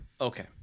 Okay